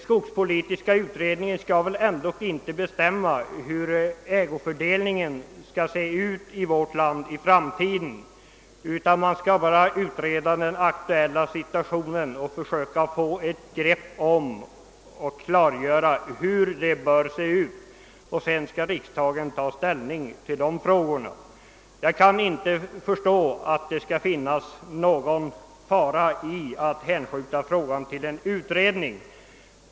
Denna utredning skall ändå inte bestämma hur ägofördelningen i framtiden skall se ut i vårt land, utan den skall bara utreda den aktuella situationen och försöka klargöra hur den kan redas ut. Sedan skall riksdagen ta ställning till dessa frågor. Jag kan inte förstå att det skulle ligga någon fara i att hänskjuta frågan till en utredning.